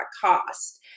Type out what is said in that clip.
cost